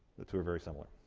the two are very similar.